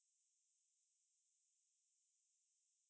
so we are suppose to err